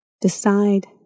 decide